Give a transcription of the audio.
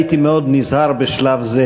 הייתי מאוד נזהר בשלב זה